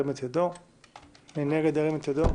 הצבעה הרביזיה לא התקבלה.